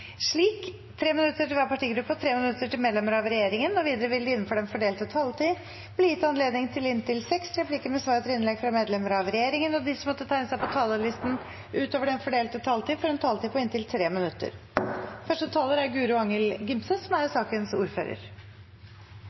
slik: 3 minutter til hver partigruppe og 3 minutter til medlemmer av regjeringen. Videre vil det – innenfor den fordelte taletid – bli gitt anledning til inntil seks replikker med svar etter innlegg fra medlemmer av regjeringen, og de som måtte tegne seg på talerlisten utover den fordelte taletid, får også en taletid på inntil 3 minutter. I denne proposisjonen er